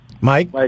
Mike